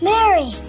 Mary